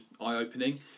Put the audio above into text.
eye-opening